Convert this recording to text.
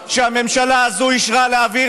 ו-80 מיליון סיבות,